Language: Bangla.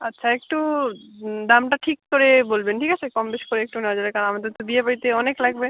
আচ্ছা একটু দামটা ঠিক করে বলবেন ঠিক আছে কম বেশি করে একটু নেওয়া যাবে কারণ আমাদের তো বিয়ে বাড়িতে অনেক লাগবে